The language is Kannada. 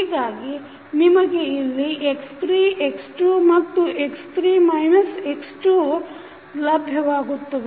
ಹೀಗಾಗಿ ನಿಮಗೆ ಇಲ್ಲಿ x3 x2 ಮತ್ತು x3 x2 ಲಬ್ಯವಾಗುತ್ತವೆ